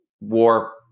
war